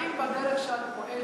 האם בדרך שאת פועלת,